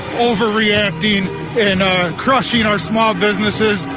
overreacting and crushing our small businesses,